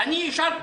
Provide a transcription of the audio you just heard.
את זה אני אישרתי.